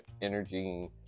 energy